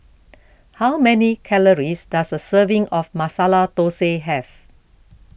how many calories does a serving of Masala Dosa have